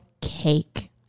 cake